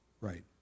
right